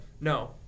No